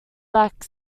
back